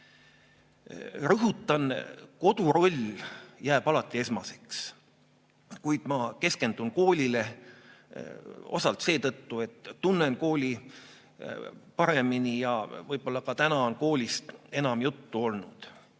Rõhutan, kodu roll jääb alati esmaseks, kuid ma keskendun koolile – osalt seetõttu, et tunnen kooli paremini, ja võib-olla ka sellepärast, et täna on koolist enam juttu olnud.